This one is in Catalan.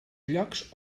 llocs